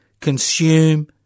consume